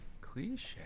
Cliche